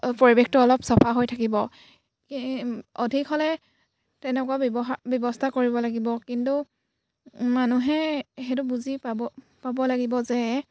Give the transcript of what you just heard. পৰিৱেশটো অলপ চাফা হৈ থাকিব অধিক হ'লে তেনেকুৱা ব্যৱহাৰ ব্যৱস্থা কৰিব লাগিব কিন্তু মানুহে সেইটো বুজি পাব পাব লাগিব যে